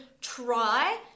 try